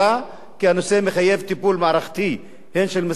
כי הנושא מחייב טיפול מערכתי הן של משרד החינוך